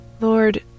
Lord